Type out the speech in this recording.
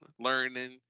learning